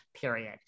period